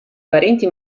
parenti